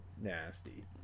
nasty